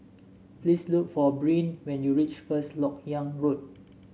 please look for Brynn when you reach First LoK Yang Road